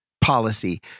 policy